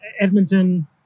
Edmonton